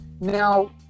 Now